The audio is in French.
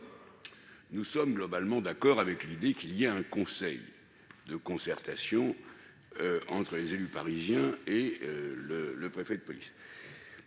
Nous sommes globalement d'accord avec l'idée d'un conseil de concertation entre les élus parisiens et le préfet de police.